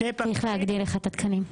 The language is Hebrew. צריך להגדיל לך את התקנים.